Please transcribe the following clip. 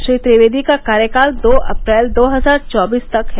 श्री त्रिवेदी का कार्यकाल दो अप्रैल दो हजार चौबीस तक है